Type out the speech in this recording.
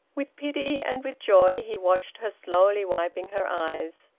with pity and with joy he watched her slowly wiping her eyes.